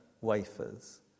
wafers